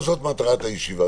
לא זאת מטרת הישיבה.